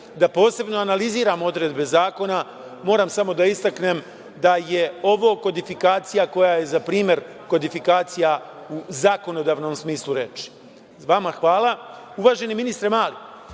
da posebno analiziram odredbe zakona, moram samo da istaknem da je ovo kodifikacija koja je za primer kodifikacija u zakonodavnom smislu reči. Vama hvala. Uvaženi ministre Mali,